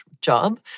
job